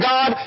God